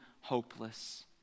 hopeless